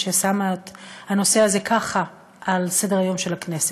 ששמה את הנושא הזה ככה על סדר-היום של הכנסת.